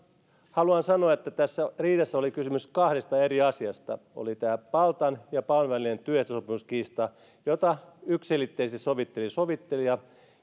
haluan sanoa että tässä riidassa oli kysymys kahdesta eri asiasta oli tämä paltan ja paun työehtosopimuskiista jota yksiselitteisesti sovitteli sovittelija